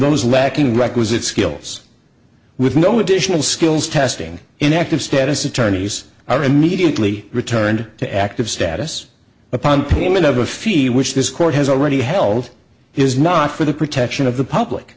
those lacking requisite skills with no additional skills testing in active status attorneys are immediately returned to active status upon payment of a fee which this court has already held is not for the protection of the public